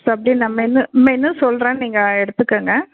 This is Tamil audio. ஸோ அப்டே நான் மெனு மெனு சொல்லுறேன் நீங்கள் எடுத்துக்கங்க